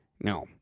No